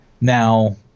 now